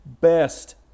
best